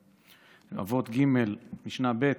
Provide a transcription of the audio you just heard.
באבות ג', משנה ב'.